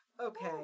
Okay